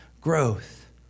growth